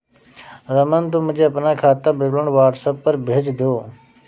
रमन, तुम मुझे अपना खाता विवरण व्हाट्सएप पर भेज दो